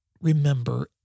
remember